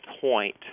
point